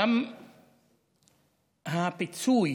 גם הפיצוי